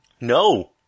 No